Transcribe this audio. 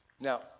Now